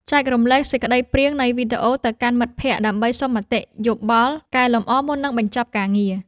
ចែករំលែកសេចក្ដីព្រាងនៃវីដេអូទៅកាន់មិត្តភក្តិដើម្បីសុំមតិយោបល់កែលម្អមុននឹងបញ្ចប់ការងារ។